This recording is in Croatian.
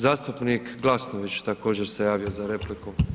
Zastupnik Glasnović također se javio za repliku.